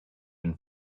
been